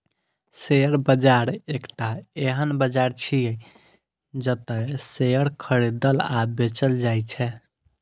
share बाजार एकटा एहन बाजार छियै, जतय शेयर खरीदल आ बेचल जाइ छै